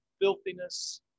filthiness